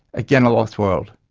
again a lost world.